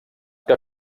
que